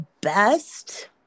best